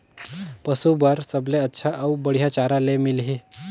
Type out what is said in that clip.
पशु बार सबले अच्छा अउ बढ़िया चारा ले मिलही?